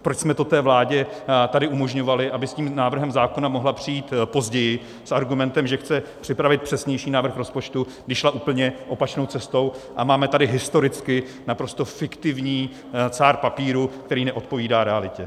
Proč jsme to té vládě tady umožňovali, aby s tím návrhem zákona mohla přijít později s argumentem, že chce připravit přesnější návrh rozpočtu, když šla úplně opačnou cestou, a máme tady historicky naprosto fiktivní cár papíru, který neodpovídá realitě.